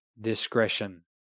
discretion